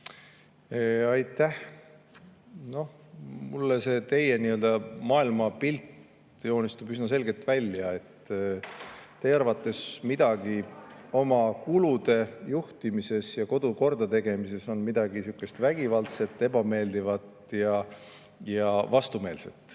Aitäh! Mulle see teie nii-öelda maailmapilt joonistub üsna selgelt välja. Teie arvates oma kulude juhtimises ja kodu kordategemises on midagi niisugust vägivaldset, ebameeldivat ja vastumeelset.